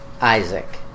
Isaac